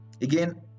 Again